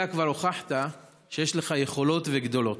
אתה כבר הוכחת שיש לך יכולות וגדולות.